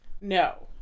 No